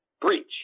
breach